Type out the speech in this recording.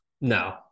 no